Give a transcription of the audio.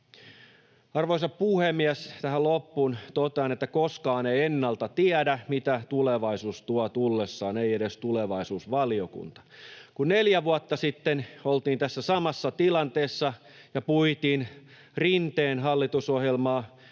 Arvoisa puhemies! Tähän loppuun totean, että koskaan ei ennalta tiedä, mitä tulevaisuus tuo tullessaan, ei edes tulevaisuusvaliokunta. Kun neljä vuotta sitten oltiin tässä samassa tilanteessa ja puitiin Rinteen hallitusohjelmaa,